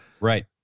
Right